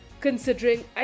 considering